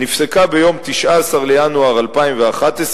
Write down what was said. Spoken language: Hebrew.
נפסקה ביום 19 בינואר 2011,